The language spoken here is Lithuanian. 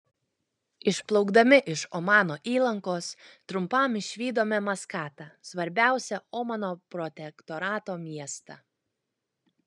išplaukdami iš omano įlankos trumpam išvydome maskatą svarbiausią omano protektorato miestą